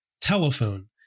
Telephone